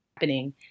happening